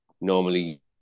Normally